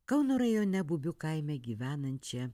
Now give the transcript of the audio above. kauno rajone bubių kaime gyvenančią